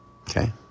Okay